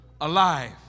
alive